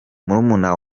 murumuna